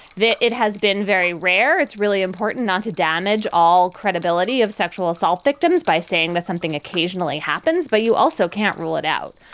that it has been very rare. it's really important not to damage all credibility credibility of sexual assault victims by saying that something occasionally happens. but you also can't rule it out.